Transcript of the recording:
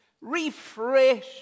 refresh